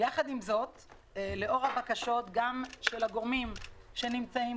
יחד עם זאת לאור הבקשות גם של הגורמים שנמצאים